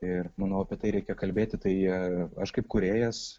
ir manau apie tai reikia kalbėti tai aš kaip kūrėjas